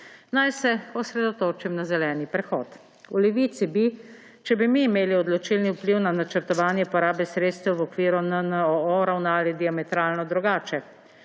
Naj se osredotočim na zeleni prehod. V Levici bi, če bi imeli odločilni vpliv na načrtovanje porabe sredstev v okviru NNOO, ravnali diametralno drugače.